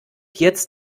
jetzt